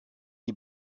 die